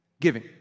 giving